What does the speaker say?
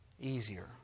easier